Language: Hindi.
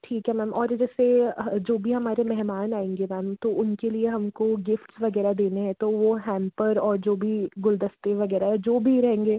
ठीक है मैम और जैसे जो भी हमारे मेहमान आएंगे मैम तो उनके लिए हमको गिफ़्ट्स वगैरह देने हैं तो वो हैम्पर और जो भी गुलदस्ते वगैरह जो भी रहेंगे